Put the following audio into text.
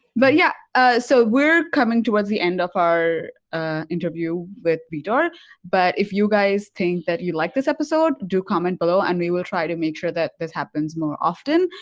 but yeah so we're coming towards the end of our interview with vito but if you guys think that you liked this episode do comment below and we will try to make sure that this happens more often